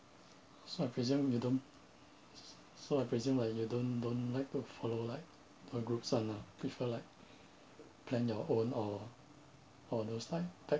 so I presume you don't so I presume like you don't don't like to follow like a groups one ah prefer like plan your own or or those like